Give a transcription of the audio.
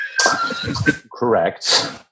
correct